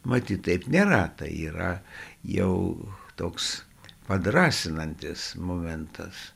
matyt taip nėra tai yra jau toks padrąsinantis momentas